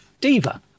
Diva